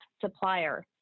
supplier